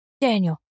Daniel